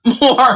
more